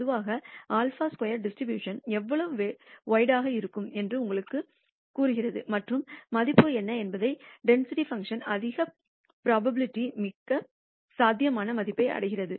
பொதுவாக σ2 டிஸ்ட்ரிபியூஷன்எவ்வளவு வெய்டடாக இருக்கும் என்று உங்களுக்குக் கூறுகிறது மற்றும் மதிப்பு என்ன என்பதை டென்சிட்டி பங்க்ஷன் அதிக புரோபாபிலிடி மிக சாத்தியமான மதிப்பை அடைகிறது